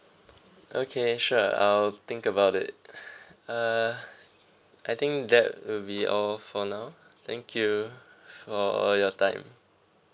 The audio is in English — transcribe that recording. okay sure I'll think about it like uh I think that will be all for now thank you for your time